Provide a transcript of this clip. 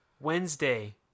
wednesday